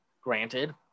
Granted